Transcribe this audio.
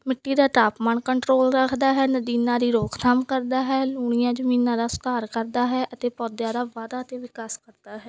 ਮਿੱਟੀ ਦਾ ਤਾਪਮਾਨ ਕੰਟਰੋਲ ਰੱਖਦਾ ਹੈ ਨਦੀਨਾ ਦੀ ਰੋਕਥਾਮ ਕਰਦਾ ਹੈ ਲੂਣੀਆ ਜ਼ਮੀਨਾਂ ਦਾ ਸੁਧਾਰ ਕਰਦਾ ਹੈ ਅਤੇ ਪੌਦਿਆਂ ਦਾ ਵਾਧਾ ਅਤੇ ਵਿਕਾਸ ਕਰਦਾ ਹੈ